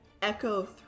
echo